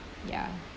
ya